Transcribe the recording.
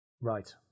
right